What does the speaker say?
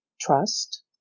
trust